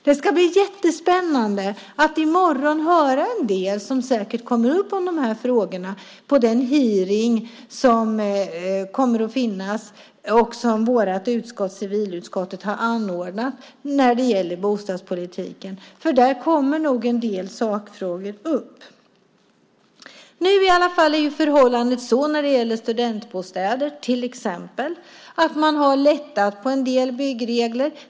Det ska bli jättespännande att i morgon höra en del om dessa frågor vid den hearing som då äger rum. Hearingen har anordnats av civilutskottet och gäller alltså bostadspolitiken. Där kommer nog en del sakfrågor att tas upp. Nu är förhållandet vad gäller studentbostäder, bland annat, sådant att man lättat på en del byggregler.